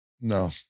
No